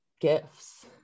gifts